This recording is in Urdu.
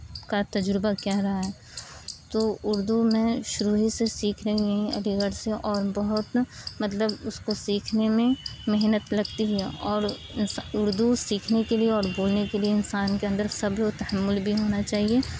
کا تجربہ کیا رہا ہے تو اردو میں شروع ہی سے سیکھے ہوئے ہوں علی گڑھ سے اور بہت مطلب اس کو سیکھنے میں محنت لگتی ہے اور اردو سیکھنے کے لیے اور بولنے کے لیے انسان کے اندر صبر و تحمل بھی ہونا چاہیے